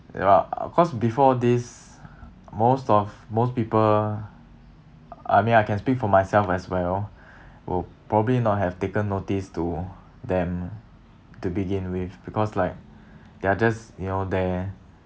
there are of course before this most of most people uh I mean I can speak for myself as well who probably not have taken notice to them to begin with because like they are just you know there